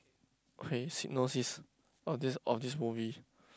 okay synopsis of this of this movie